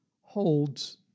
holds